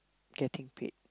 getting paid